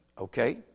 Okay